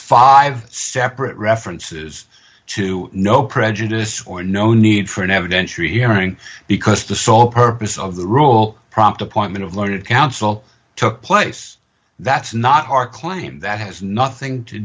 five separate references to no prejudice or no need for an evidentiary hearing because the sole purpose of the rule prompt appointment of learned counsel took place that's not our claim that has nothing to